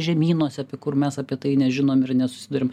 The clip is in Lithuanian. žemynuose apie kur mes apie tai nežinom ir nesusiduriam